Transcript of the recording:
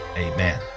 Amen